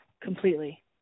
completely